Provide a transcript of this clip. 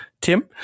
Tim